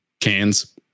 Cans